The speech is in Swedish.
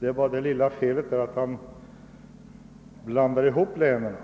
det gäller skogen råkade han göra det felet att han blandade ihop länen.